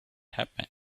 happened